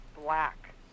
black